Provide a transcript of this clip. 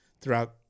throughout